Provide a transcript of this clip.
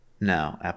No